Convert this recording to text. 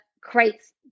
creates